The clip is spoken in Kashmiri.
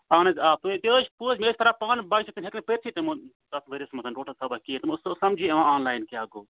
اہن حظ آ تُہۍ تہِ حظ چھِ پوٚز مےٚ ٲسۍ پَران پانہٕ بَچہٕ تِم ہیٚکۍ نہٕ پٔرۍتھٕے تِمَن تَتھ ؤریَس منٛزَن ٹوٹَل خبر کِہیٖنۍ تِمن اوس سُہ اوس سَمجی یِوان آنلایِن کیٛاہ گوٚو